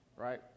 Right